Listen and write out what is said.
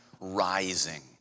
rising